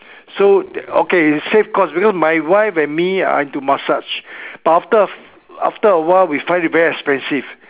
so okay save cost because my wife and me uh like to massage but after after a while we find it very expensive